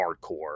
hardcore